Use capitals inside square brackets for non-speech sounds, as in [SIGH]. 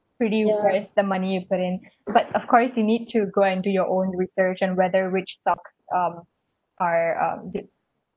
pretty real like the money you put in but of course you need to go and do your own research and whether which stock um are uh [NOISE]